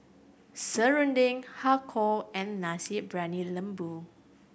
serunding Har Kow and Nasi Briyani Lembu